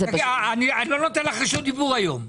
אני לא נותן לך רשות דיבור היום.